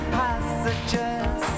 passages